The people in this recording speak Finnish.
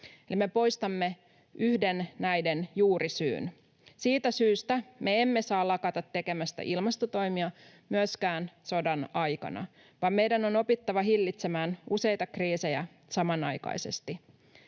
ja poistamme yhden näiden juurisyistä. Siitä syystä me emme saa lakata tekemästä ilmastotoimia myöskään sodan aikana, vaan meidän on opittava hillitsemään useita kriisejä samanaikaisesti,